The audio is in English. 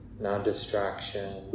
non-distraction